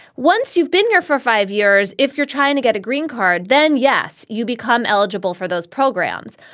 once you've been here for five years, if you're trying to get a green card, then, yes, you become eligible for those programs.